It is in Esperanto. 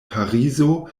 parizo